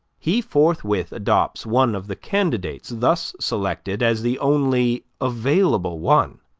he forthwith adopts one of the candidates thus selected as the only available one,